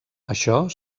això